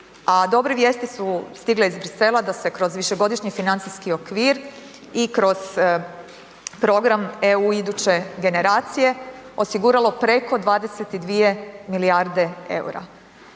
dobre vijesti su stigle iz Bruxellesa da se kroz višegodišnji financijski okvir i kroz program EU iduće generacije, osiguralo preko 22 milijarde eura.